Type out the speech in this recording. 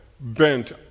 bent